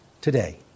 today